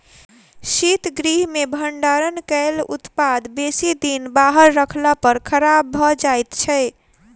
शीतगृह मे भंडारण कयल उत्पाद बेसी दिन बाहर रखला पर खराब भ जाइत छै